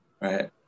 right